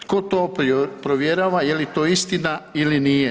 Tko to provjerava, je li to istina ili nije?